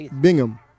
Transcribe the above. Bingham